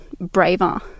braver